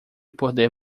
poder